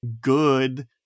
good